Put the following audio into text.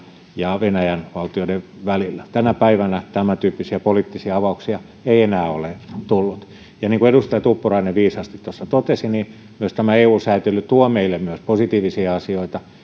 ja venäjän valtioiden väliltä tänä päivänä tämäntyyppisiä poliittisia avauksia ei enää ole tullut ja niin kuin edustaja tuppurainen viisaasti tuossa totesi eu sääntely tuo meille myös positiivisia asioita